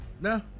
No